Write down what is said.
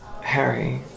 Harry